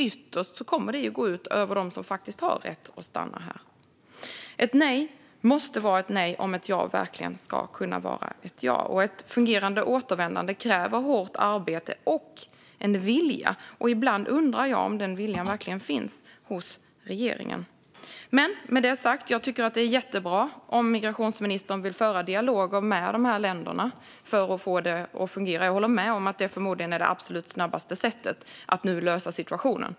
Ytterst kommer det att gå ut över dem som faktiskt har rätt att stanna här. Ett nej måste vara ett nej om ett ja verkligen ska kunna vara ett ja. Ett fungerande återvändande kräver hårt arbete och vilja. Ibland undrar jag om den viljan verkligen finns hos regeringen. Med det sagt tycker jag att det är jättebra om migrationsministern vill föra dialoger med de här länderna för att få det att fungera. Jag håller med om att detta nu förmodligen är det absolut snabbaste sättet att lösa situationen.